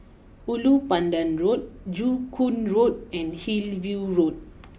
Ulu Pandan Road Joo Koon Road and Hillview Road